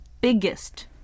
biggest